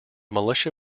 militia